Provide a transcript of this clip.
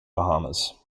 bahamas